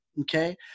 Okay